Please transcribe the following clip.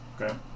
Okay